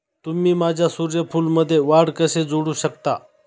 तुम्ही माझ्या सूर्यफूलमध्ये वाढ कसे जोडू शकता?